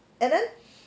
and then